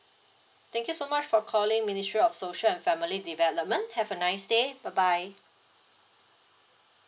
thank you so much for calling ministry of social family development have a nice day bye bye